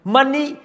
Money